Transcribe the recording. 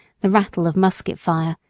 the rattle of musket fire,